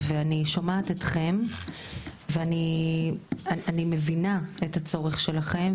ואני שומעת אתכם ואני מבינה את הצורך שלכם,